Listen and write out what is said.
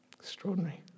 Extraordinary